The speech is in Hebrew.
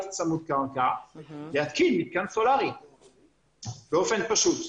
צמוד קרקע להתקין מתקן סולרי באופן פשוט.